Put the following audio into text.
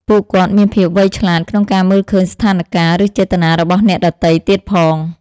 ពួកគាត់មានភាពវៃឆ្លាតក្នុងការមើលឃើញស្ថានការណ៍ ឬចេតនារបស់អ្នកដទៃទៀតផង។